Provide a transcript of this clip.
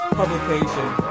publication